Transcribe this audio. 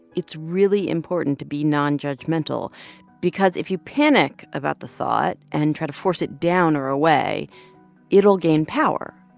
it's really important to be non-judgmental because if you panic about the thought and try to force it down or away it'll gain power.